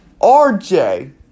RJ